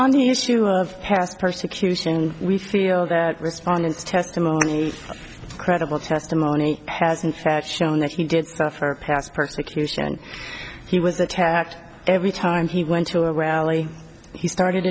on the issue of past persecution we feel that respondents testimony credible testimony has in fact shown that he did suffer past persecution and he was attacked every time he went to a rally he started